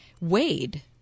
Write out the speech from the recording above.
Wade